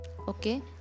Okay